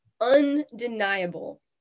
undeniable